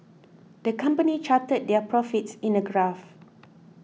the company charted their profits in a graph